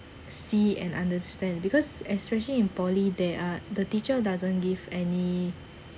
see and understand because especially in poly there are the teacher doesn't give any